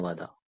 ಧನ್ಯವಾದ